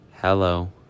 Hello